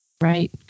Right